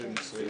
אני זוכר את זה.